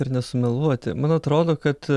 ir nesumeluoti man atrodo kad